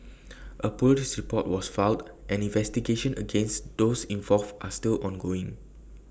A Police report was filed and investigations against those involved are still ongoing